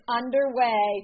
underway